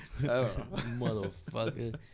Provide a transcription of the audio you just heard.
motherfucker